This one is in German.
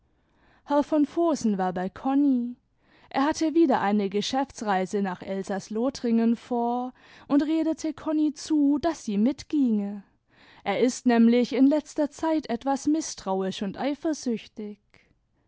herr von vohsen war bei konni er hatte wieder eine geschäftsreise nach elsaß-lothringen vor und redete konni zvl daß sie mitginge er ist nämlich in letzter zeit etwas mißtrauisch und eifersüchtig